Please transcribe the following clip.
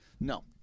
No